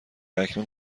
اکنون